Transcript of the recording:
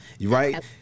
right